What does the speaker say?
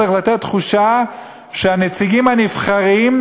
צריך לתת תחושה שהנציגים הנבחרים,